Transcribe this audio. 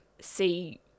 see